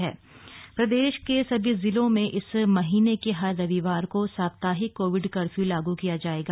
रविवार कर्फ्य प्रदेश के सभी जिलों में इस महीने के हर रविवार को साप्ताहिक कोविड कर्फ्यू लागू किया जाएगा